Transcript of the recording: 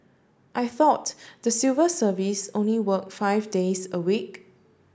I thought the civil service only work five days a week